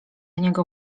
niego